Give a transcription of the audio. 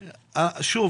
רגע,